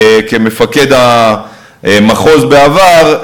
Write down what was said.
כמפקד המחוז בעבר,